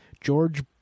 George